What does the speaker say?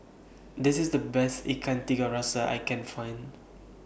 This IS The Best Ikan Tiga Rasa I Can Find